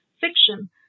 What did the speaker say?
fiction